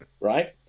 right